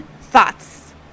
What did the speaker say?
thoughts